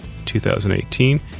2018